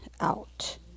out